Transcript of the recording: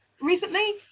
recently